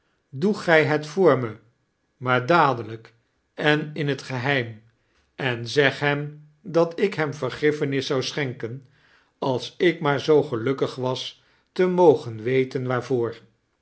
doe gij het voor me maar dadelijk en in t geheim en zeg hem dat ik hem vergiffenis zou schenkeh als ik maar zoo gelukkig was te mogen weten waarvoor